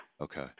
Okay